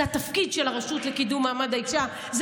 זה התפקיד של הרשות לקידום מעמד האישה,